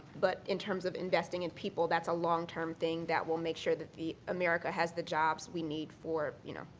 but in terms of investing in people, that's a long-term thing that will make sure that america has the jobs we need for, you know,